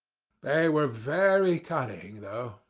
they were very cunning, though.